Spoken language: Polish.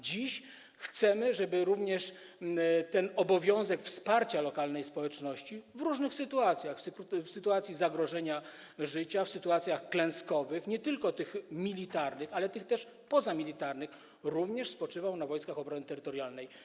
Dziś chcemy, żeby ten obowiązek wsparcia lokalnej społeczności w różnych sytuacjach, w sytuacji zagrożenia życia, w sytuacjach klęskowych, nie tylko tych militarnych, ale też tych pozamilitarnych, również spoczywał na Wojskach Obrony Terytorialnej.